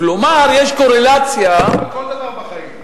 כמו בכל דבר בחיים.